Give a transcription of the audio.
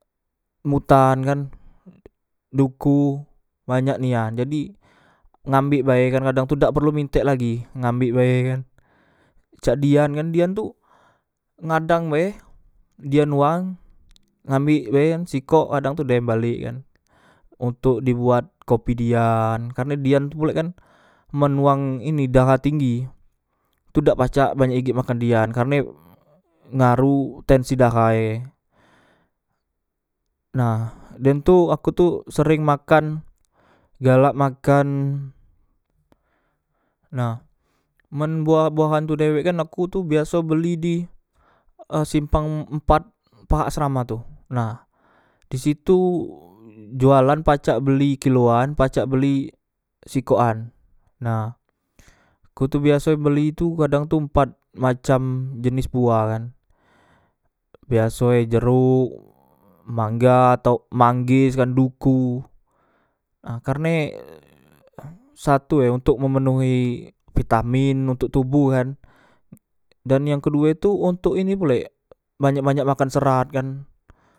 Mbutan kan duku banyak nian jadi ngambek bae kan kadang tu dak perlu mintak lagi ngambek bae kan cak dian kan dian tu ngadang bae dian wang ngambek bae an sikok kadang tu dem balek kan ontok di buat kopi dian karne dian tu pulek kan men wang ini daha tinggitu dak pacak banyak igek makan dian kerne ngaruh tensi daha e nah dem tu aku tu sereng makan galak makan nah men buah buahan tu dewek kan aku tu biaso beli di e simpang mpat pahak asrama tu nah disitu jualan pacak beli kiloan pacak beli sikok an nah aku tu biaso e beli tu kadang tu mpat macam jenis buah kan biasoe jerok mangga atau manggis kan duku nah karne satue ontok memenuhi vitamin ontok tubuh kan dan yang kedue tu ontok ini pulek banyak banyak makan serat kan